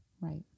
Right